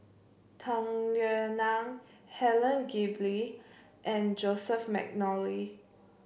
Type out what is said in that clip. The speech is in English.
Tung Yue Nang Helen Gilbey and Joseph McNally